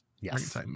Yes